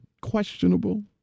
questionable